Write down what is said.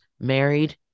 married